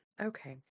Okay